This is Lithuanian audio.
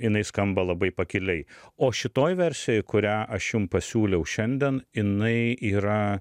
jinai skamba labai pakiliai o šitoj versijoj kurią aš jum pasiūliau šiandien jinai yra